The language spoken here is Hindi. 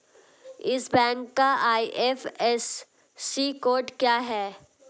इस बैंक का आई.एफ.एस.सी कोड क्या है?